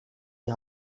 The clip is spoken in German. die